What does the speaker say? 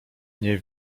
nie